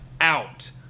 out